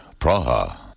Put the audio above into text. Praha